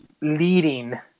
leading